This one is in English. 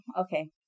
okay